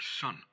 son